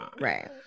right